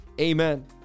Amen